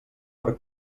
per